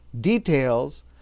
details